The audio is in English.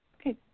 Okay